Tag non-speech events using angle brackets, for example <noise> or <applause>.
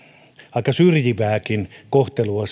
aika syrjivääkin kohtelua <unintelligible>